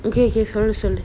okay okay sorry sorry